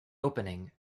opening